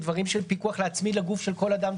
דברים של פיקוח להצמיד לגוף של כל אדם,